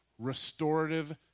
restorative